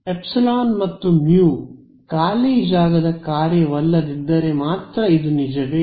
epsilon ಮತ್ತು mu ಖಾಲಿ ಜಾಗದ ಕಾರ್ಯವಲ್ಲದಿದ್ದರೆ ಮಾತ್ರ ಇದು ನಿಜವೇ